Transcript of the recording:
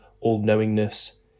all-knowingness